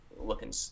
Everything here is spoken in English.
looking